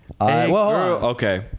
okay